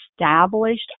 Established